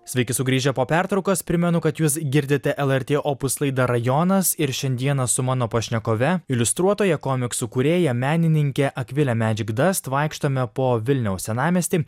sveiki sugrįžę po pertraukos primenu kad jūs girdite lrt opus laida rajonas ir šiandieną su mano pašnekove iliustruotoja komiksų kūrėja menininkė akvilė medžegdas vaikštome po vilniaus senamiestį